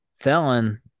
felon